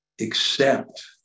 accept